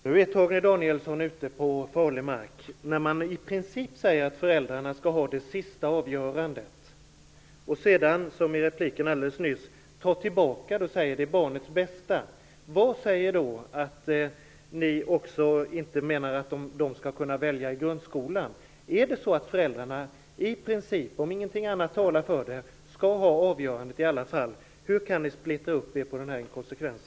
Herr talman! Nu är Torgny Danielsson ute på farlig mark, när det i princip sägs att föräldrarna skall ha det sista avgörandet. I sin replik nyss tog han tillbaka det och sade att det avgörande är barnets bästa. Vad är det som säger att ni inte med detta menar att de skall kunna välja i grundskolan? Är det så att föräldrarna i princip, om inget annat talar för det, skall ha avgörandet i alla fall? Hur kan ni splittra upp er på denna inkonsekvens?